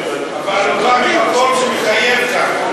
אבל הוא בא ממקום שמחייב כך.